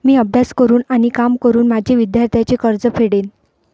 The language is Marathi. मी अभ्यास करून आणि काम करून माझे विद्यार्थ्यांचे कर्ज फेडेन